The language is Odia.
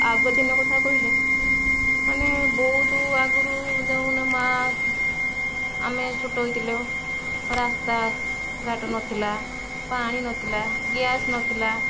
ଆଗଦିନ କଥା କହିଲେ ମାନେ ବହୁତୁ ଆଗରୁ ଯେଉଁମାନେ ମାଁ ଆମେ ଛୋଟ ହେଇଥିଲୁ ରାସ୍ତାଘାଟ ନଥିଲା ପାଣି ନଥିଲା ଗ୍ୟାସ୍ ନଥିଲା